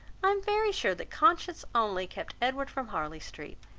i am very sure that conscience only kept edward from harley street.